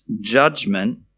judgment